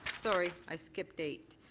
sorry. i skipped eight.